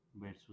versus